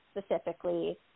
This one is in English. specifically